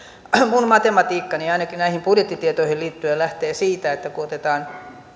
minun matematiikkani ainakin näihin budjettitietoihin liittyen lähtee siitä että kun otetaan